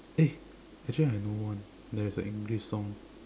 eh actually I know one that is an English song